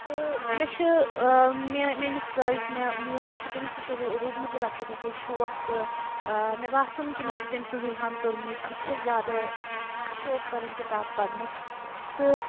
تہٕ مےٚ چھُ ٲں میٛٲنِس ٲں یُس مےٚ مول چھُ تٔمِس تہِ چھُ روٗدمُت یہِ لۄکٹہِ پٮ۪ٹھٔے شوق تہٕ ٲں مےٚ باسان کہِ مےٚ چھِ تٔمۍ سٕنٛزٕے ہَن تٔرمٕژ بہٕ تہِ چھیٚس زیادٕ شوق کَران کِتاب پَرنُک تہٕ